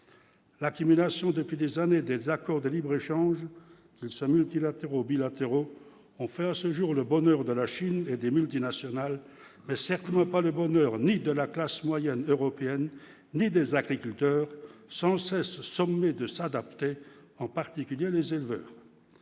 la qui depuis des années, des accords de libre-échange ça multilatéraux, bilatéraux ont fait à ce jour le bonheur de la Chine et des multinationales, mais certainement pas le bonheur, ni de la classe moyenne européenne née des agriculteurs sans cesse sommée de s'adapter, en particulier les éleveurs